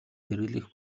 хэрэглэх